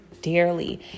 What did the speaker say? dearly